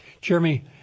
Jeremy